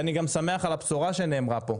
אני גם שמח על הבשורה שנאמרה פה,